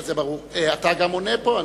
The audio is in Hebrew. זה ברור, אתה גם עונה פה.